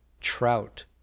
Trout